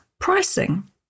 Pricing